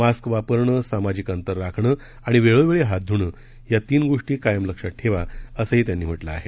mask वापरणं सामाजिक अंतर राखणं आणि वेळोवेळी हात धृणं या तीन गोष्टी कायम लक्षात ठेवा असं ही त्यांनी म्हटलं आहे